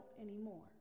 anymore